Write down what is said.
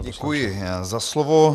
Děkuji za slovo.